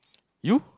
you